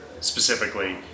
specifically